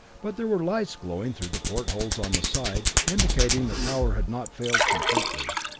but there were lights glowing through the portholes on the side, indicating that power had not failed completely.